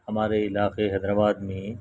ہمارے علاقے حیدرآباد میں